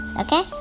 Okay